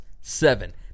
seven